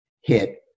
hit